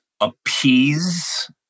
appease